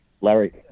Larry